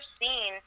seen